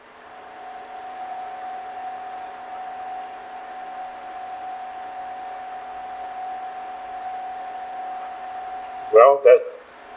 around that